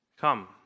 Come